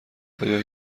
آیا